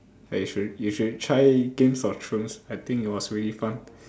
you should you should try games of thrones I think it was really fun